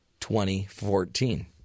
2014